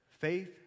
faith